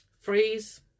Freeze